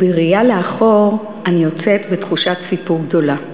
בראייה לאחור אני יוצאת בתחושת סיפוק גדולה.